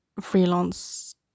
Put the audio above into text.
Freelance